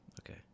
Okay